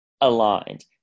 aligned